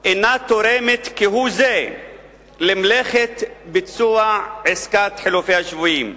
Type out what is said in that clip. אינה תורמת כהוא זה למלאכת ביצוע עסקת חילופי השבויים.